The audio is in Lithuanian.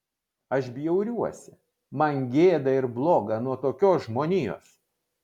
aš bjauriuosi man gėda ir bloga nuo tokios žmonijos